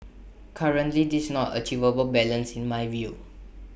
currently this not achievable balance in my view